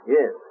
Yes